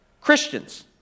Christians